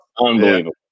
unbelievable